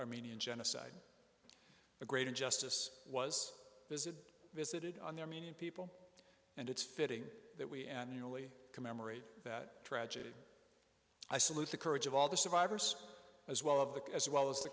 armenian genocide the great injustice was visited visited on their meaning people and it's fitting that we annually commemorate that tragedy i salute the courage of all the survivors as well as well as the